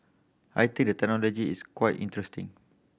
I think the technology is quite interesting